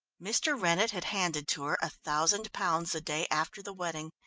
mr. rennett had handed to her a thousand pounds the day after the wedding,